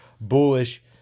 bullish